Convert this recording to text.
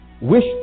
wish